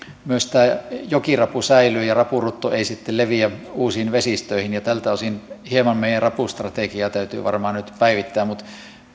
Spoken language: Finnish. myös jokirapu säilyy ja rapurutto ei sitten leviä uusiin vesistöihin tältä osin meidän rapustrategiaamme täytyy nyt varmaan hieman päivittää mutta